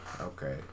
okay